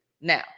Now